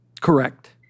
correct